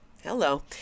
Hello